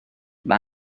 mae